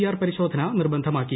R പരിശോധന നിർബന്ധമാക്കി